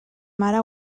mare